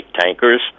tankers